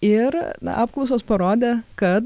ir apklausos parodė kad